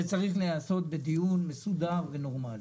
צריך להיעשות בדיון מסודר ונורמלי.